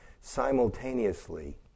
simultaneously